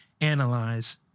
analyze